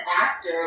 actor